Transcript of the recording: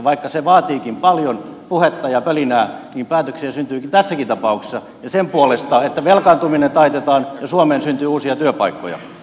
vaikka se vaatiikin paljon puhetta ja pölinää päätöksiä syntyy tässäkin tapauksessa ja sen puolesta että velkaantuminen taitetaan ja suomeen syntyy uusia työpaikkoja